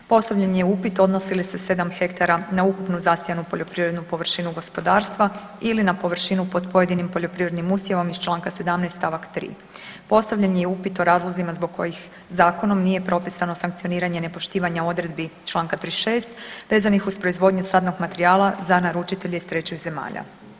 Postavljen je upit odnosi li se sedam hektara na ukupnu zasijanu poljoprivrednu površinu gospodarstva ili na površinu pod pojedinim poljoprivrednim usjevom i čl. 17. st. 3. Postavljen je i upit o razlozima zbog kojih zakonom nije propisano sankcioniranje nepoštivanje odredbi čl. 36 vezanih uz proizvodnju sadnog materijala za naručitelje iz trećih zemalja.